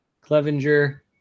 Clevenger